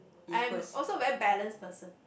I am also very balance person